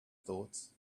thoughts